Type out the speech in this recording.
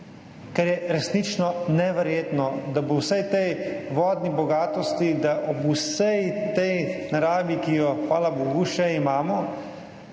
kar je resnično neverjetno, da je ob vsej tej vodni bogatosti, da ob vsej tej naravi, ki jo hvala bogu še imamo,